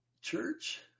church